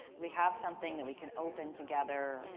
we have something that we can open together,